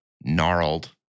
Gnarled